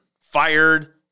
fired